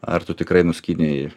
ar tu tikrai nuskynei